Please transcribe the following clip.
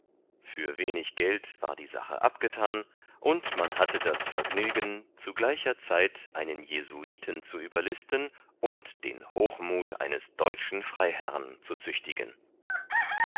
für wenig geld war die sache abgethan und man hatte das vergnügen zu gleicher zeit einen jesuiten zu überlisten und den hochmuth eines deutschen freiherrn zu züchtigen